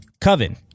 Coven